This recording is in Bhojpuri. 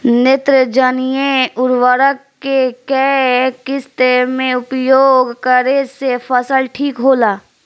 नेत्रजनीय उर्वरक के केय किस्त मे उपयोग करे से फसल ठीक होला?